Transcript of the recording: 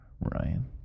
Ryan